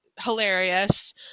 hilarious